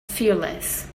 fearless